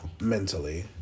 mentally